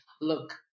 look